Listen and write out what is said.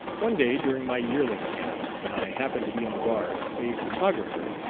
one day, during my yearling camp, when i happened to be on guard, a photographer,